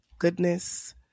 goodness